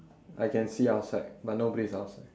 I can see outside but nobody's outside